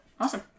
Awesome